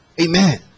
Amen